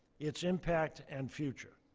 its impact and future.